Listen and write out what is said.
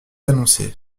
annoncée